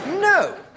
No